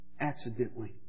accidentally